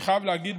אני חייב להגיד,